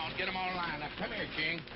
get them all lined up.